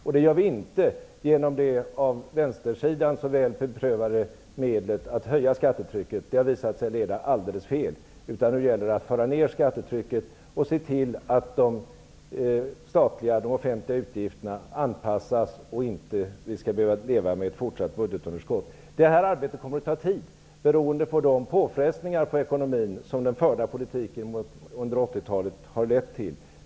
Det här gör vi inte med hjälp av det av vänstersidan så beprövade medlet att höja skattetrycket. Det har visat sig leda alldeles fel. Nu gäller det att föra ned skattetrycket och se till att de offentliga utgifterna anpassas så att vi inte skall behöva fortsätta leva med ett budgetunderskott. Det här arbetet kommer att ta tid, och det beror på de påfrestningar på ekonomin som den förda politiken under 80-talet har lett till.